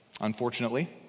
unfortunately